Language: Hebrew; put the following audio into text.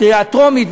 קריאה טרומית,